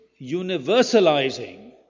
universalizing